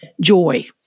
joy